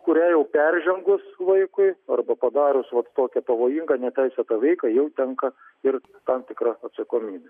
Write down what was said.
kurią jau peržengus vaikui arba padarius vat tokią pavojingą neteisėtą veiką jau tenka ir tam tikra atsakomybė